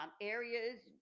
areas